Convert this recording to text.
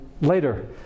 later